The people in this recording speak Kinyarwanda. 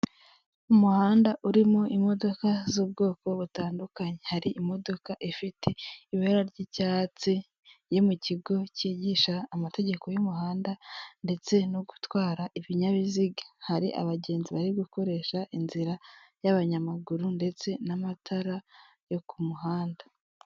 Umuhanda urimo imodoka z'ubwoko butandukanye. Hari imodoka ifite ibara ry'icyatsi, yo mu kigo cyigisha amategeko y'umuhanda ndetse no gutwara ibinyabiziga. Hari abagenzi bari gukoresha inzira y'abanyamaguru ndetse n'amatara yo ku muhanda.